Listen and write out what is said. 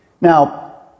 Now